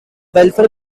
welfare